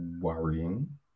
worrying